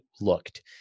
looked